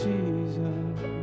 Jesus